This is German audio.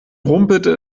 rumpelte